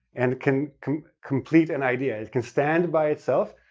and can complete an idea. it can stand by itself,